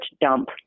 dump